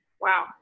Wow